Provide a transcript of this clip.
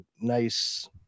nice